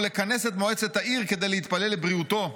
לכנס את מועצת העיר כדי להתפלל לבריאותו.